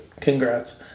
congrats